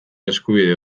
eskubide